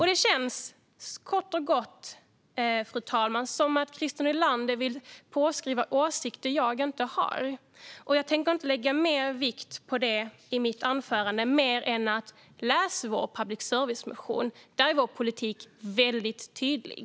Det känns kort och gott, fru talman, som att Christer Nylander vill tillskriva mig åsikter jag inte har. Jag tänker inte lägga mer vikt vid detta än att säga: Läs vår public service-motion! Där är vår politik väldigt tydlig.